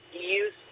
use